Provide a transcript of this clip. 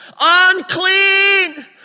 unclean